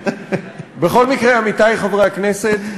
בכל מקרה, עמיתי חברי הכנסת,